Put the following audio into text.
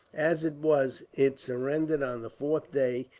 as it was, it surrendered on the fourth day,